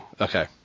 Okay